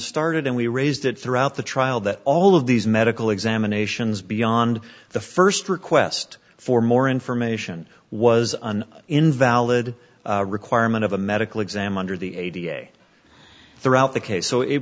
started and we raised it throughout the trial that all of these medical examinations beyond the first request for more information was an invalid requirement of a medical exam under the a da throughout the case so it